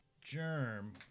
Germ